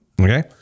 Okay